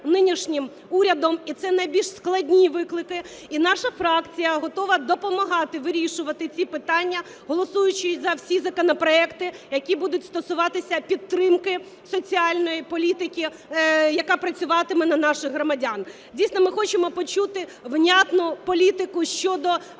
нинішнім урядом, і це найбільш складні виклики, і наша фракція готова допомагати вирішувати ці питання, голосуючи за всі законопроекти, які будуть стосуватися підтримки соціальної політики, яка працюватиме на наших громадян. Дійсно, ми хочемо почути внятну політику щодо